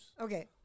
Okay